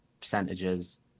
percentages